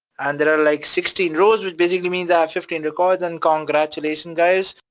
and there are like sixteen rows which basically means i have fifteen records and congratulations guys,